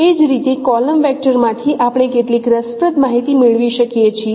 એ જ રીતે કોલમ વેક્ટરમાંથી આપણે કેટલીક રસપ્રદ માહિતી મેળવી શકીએ છીએ